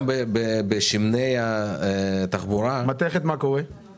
גם בשמני התחבורה --- מה קורה עם המתכת?